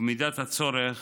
ובמידת הצורך